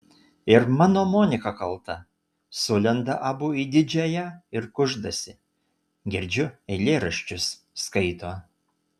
ir mano monika kalta sulenda abu į didžiąją ir kuždasi girdžiu eilėraščius skaito